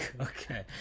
Okay